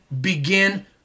begin